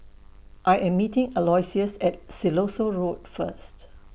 I Am meeting Aloysius At Siloso Road First